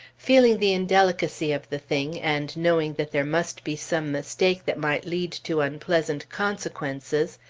feeling the indelicacy of the thing, and knowing that there must be some mistake that might lead to unpleasant consequences,